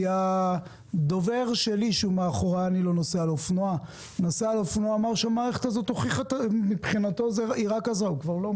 הדובר שלי שנוסע על אופנוע אומר שהמערכת הזאת מבחינתו הוכיחה את עצמה.